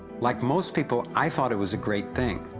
like most people, i thought it was a great thing.